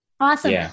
Awesome